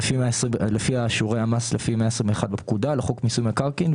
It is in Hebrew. לפי שיעורי המס בפקודה - לחוק מיסוי מקרקעין,